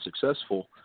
successful